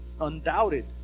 undoubted